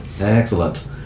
Excellent